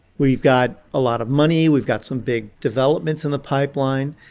we've got a lot of money. we've got some big developments in the pipeline.